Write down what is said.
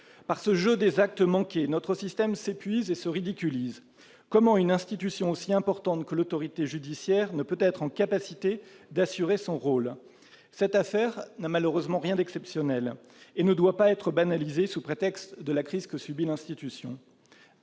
Par ce jeu des actes manqués, notre système s'épuise et se ridiculise. Comment une institution aussi importante que l'autorité judiciaire ne peut-elle être en capacité d'assurer son rôle ? Cette affaire n'a malheureusement rien d'exceptionnel et ne doit pas être banalisée sous prétexte de la crise que subit l'institution.